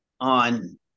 on